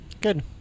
Good